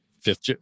fifth